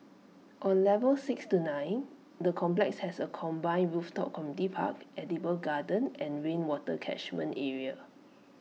on levels six to nine the complex has A combined rooftop park edible garden and rainwater catchment area